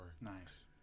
Nice